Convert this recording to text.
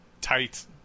tight